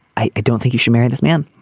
i don't think you should marry this man.